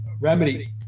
remedy